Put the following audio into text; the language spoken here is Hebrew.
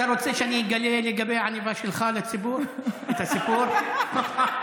אתה רוצה שאני אגלה לציבור את הסיפור לגבי העניבה שלך?